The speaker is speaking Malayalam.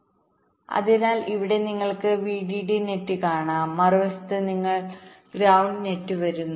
So you see that when we talk about VDD and അതിനാൽ അവിടെ നിങ്ങൾക്ക് VDD നെറ്റ് കാണാം മറുവശത്ത് നിന്ന് ഗ്രൌണ്ട് നെറ്റ് വരുന്നു